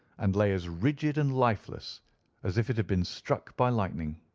and lay as rigid and lifeless as if it had been struck by lightning.